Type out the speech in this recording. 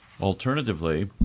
Alternatively